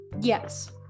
Yes